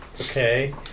Okay